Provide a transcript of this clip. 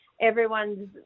everyone's